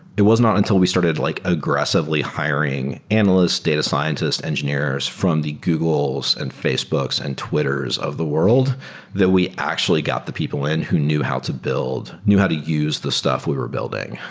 it was not until we started like aggressively hiring analysts, data scientists, engineers from the googles and facebooks and twitters of the world that we actually got the people in who knew how to build knew how to use the stuff we were building,